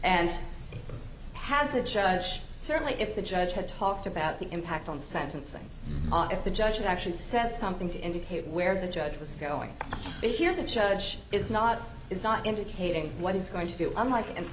and had to judge certainly if the judge had talked about the impact on sentencing if the judge actually said something to indicate where the judge was going to hear the judge is not is not indicating what he's going to do i'm like and